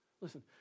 Listen